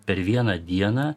per vieną dieną